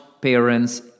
parents